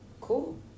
cool